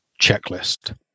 checklist